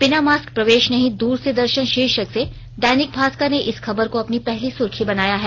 बिना मास्क प्रवेश नहीं दूर से दर्शन शीर्षक से दैनिक भास्कर ने इस खबर को अपनी पहली सुर्खी बनाया है